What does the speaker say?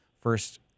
first